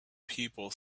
people